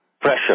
pressure